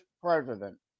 president